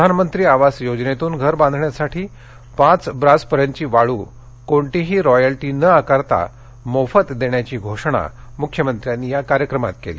प्रधानमत्री आवास योजनेतून घर बांधण्यासाठी पाच ब्रासपर्यंतची वाळू कोणतीही रॉयल्टी न आकारता मोफत देण्याची घोषणा मख्यमंत्र्यांनी या कार्यक्रमात केली